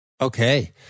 Okay